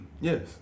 Yes